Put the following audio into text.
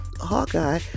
Hawkeye